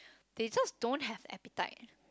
they just don't have appetite